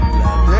love